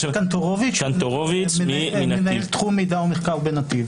נתי קנטורוביץ', מנהל תחום מידע ומחקר בנתיב.